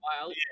wild